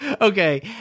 Okay